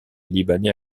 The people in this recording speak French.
libanais